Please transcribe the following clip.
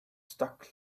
stuck